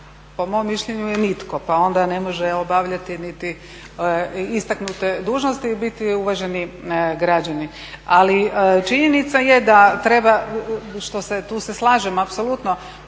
po mom mišljenju je nitko pa onda ne može obavljati niti istaknute dužnosti i biti uvaženi građanin. Ali činjenica je da treba, tu se slažem apsolutno,